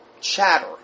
chatter